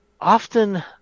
Often